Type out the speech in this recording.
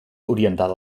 orientada